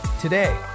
today